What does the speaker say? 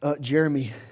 Jeremy